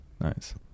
Nice